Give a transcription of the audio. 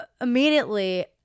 immediately